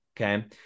okay